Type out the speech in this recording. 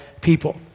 people